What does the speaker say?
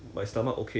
no problem